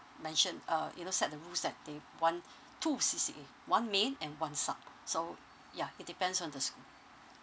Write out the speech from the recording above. mention uh you know set the rules that they want two C_C_A one main and one sub so yeah it depends on the school